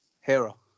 Hero